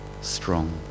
strong